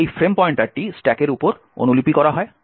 তাই এই ফ্রেম পয়েন্টারটি স্ট্যাকের উপর অনুলিপি করা হয়